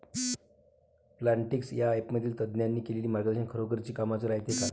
Plantix या ॲपमधील तज्ज्ञांनी केलेली मार्गदर्शन खरोखरीच कामाचं रायते का?